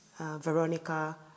Veronica